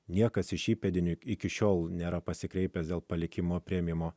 niekas iš įpėdinių iki šiol nėra pasikreipęs dėl palikimo priėmimo